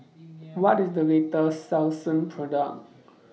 What IS The latest Selsun Product